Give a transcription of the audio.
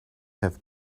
have